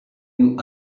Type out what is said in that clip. you